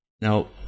Now